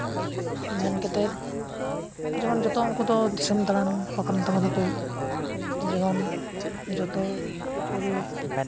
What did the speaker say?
ᱢᱮᱱᱠᱟᱛᱮᱫ ᱡᱮᱢᱚᱱ ᱡᱚᱛᱚ ᱩᱱᱠᱩ ᱫᱚ ᱫᱤᱥᱚᱢ ᱫᱟᱬᱟᱱ ᱦᱚᱲ ᱠᱟᱱ ᱛᱟᱵᱚᱱᱟᱠᱚ ᱡᱮᱢᱚᱱ ᱡᱚᱛᱚ ᱠᱚᱜᱮ